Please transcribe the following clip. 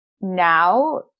now